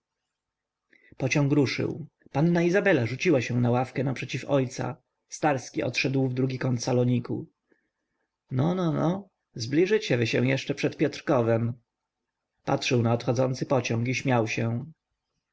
pociąg ruszył panna izabela rzuciła się na ławkę naprzeciw ojca starski odszedł w drugi kąt saloniku no no no mruknął do siebie wokulski zbliżycie wy się jeszcze przed piotrkowem patrzył na odchodzący pociąg i śmiał się